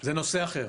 זה נושא אחר.